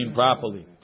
properly